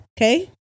Okay